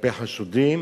כלפי חשודים,